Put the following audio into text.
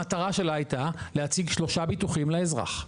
המטרה שלה הייתה להציג שלושה ביטוחים לאזרח,